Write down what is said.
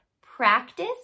practice